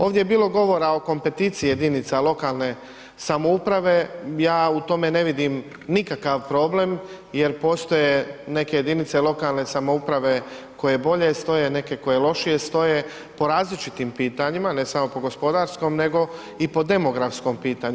Ovdje je bilo govora o kompeticiji jedinica lokalne samouprave, ja u tome ne vidim nikakav problem jel postoje neke jedinice lokalne samouprave koje bolje stoje, neke koje lošije stoje, po različitim pitanjima, ne samo po gospodarskom nego i po demografskom pitanju.